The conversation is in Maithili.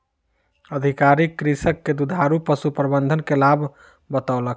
अधिकारी कृषक के दुधारू पशु प्रबंधन के लाभ बतौलक